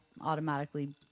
automatically